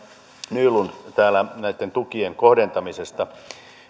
nylund täällä näitten tukien kohdentamisesta